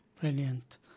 Brilliant